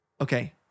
Okay